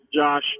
Josh